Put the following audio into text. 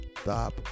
stop